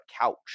couch